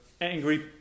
angry